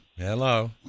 Hello